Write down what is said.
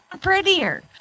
prettier